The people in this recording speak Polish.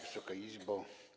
Wysoka Izbo!